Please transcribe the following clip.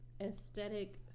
aesthetic